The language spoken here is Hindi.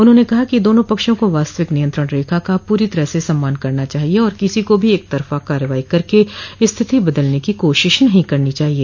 उन्होंने कहा कि दोना पक्षों को वास्तविक नियंत्रण रेखा का पूरी तरह सम्मान करना चाहिए और किसी को भी एकतरफा कार्रवाई करके स्थिति बदलने की कोशिश नहीं करनी चाहिए